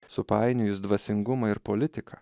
supainiojus dvasingumą ir politiką